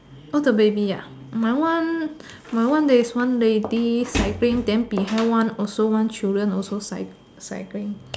oh the baby ah my one my one there is one lady cycling then behind one also one children cycling